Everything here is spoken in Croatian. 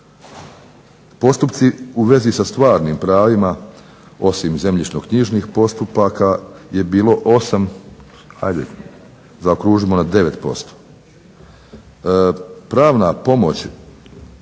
Postupci u vezi sa stvarnim pravima osim zemljišno-knjižnih postupaka je bilo 8, hajde zaokružimo na 9%. Pravna pomoć